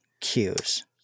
queues